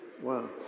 Wow